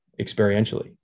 experientially